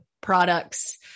products